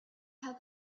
have